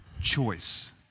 choice